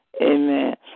Amen